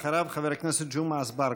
אחריו, חבר הכנסת ג'מעה אזברגה.